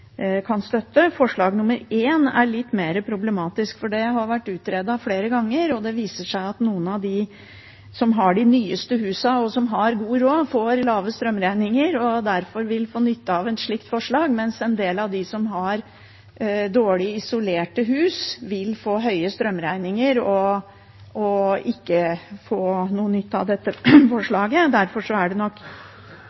Forslag nr. 1 er litt mer problematisk, for det har vært utredet flere ganger, og det viser seg at noen av dem som har de nyeste husene, og som har god råd, får lave strømregninger og derfor vil få nytte av et slikt forslag, mens en del av dem som har dårlig isolerte hus, vil få høye strømregninger og ikke få noen nytte av dette